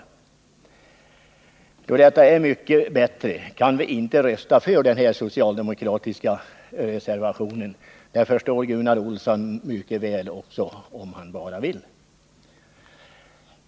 Onsdagen den Eftersom det förslaget är mycket bättre, kan vi inte rösta på den 26 mars 1980 socialdemokratiska reservationen — det förstår Gunnar Olsson mycket väl om han bara vill.